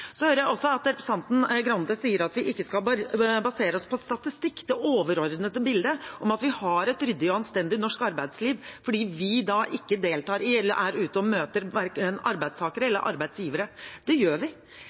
Så hører jeg også at representanten Grande sier at vi ikke skal basere oss på statistikk, det overordnede bildet av at vi har et ryddig og anstendig norsk arbeidsliv – fordi vi ikke deltar eller er ute og møter verken arbeidstakere eller arbeidsgivere. Det gjør vi.